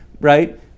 right